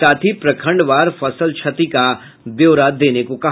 साथ ही प्रखंडवार फसल क्षति का ब्यौरा देने को कहा